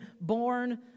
born